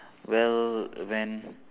well when